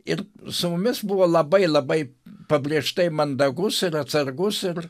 ir su mumis buvo labai labai pabrėžtai mandagus ir atsargus ir